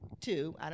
Two